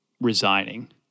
resigning